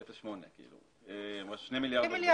כמיליארד.